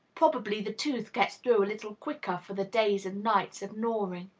probably the tooth gets through a little quicker for the days and nights of gnawing.